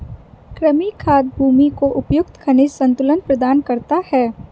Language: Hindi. कृमि खाद भूमि को उपयुक्त खनिज संतुलन प्रदान करता है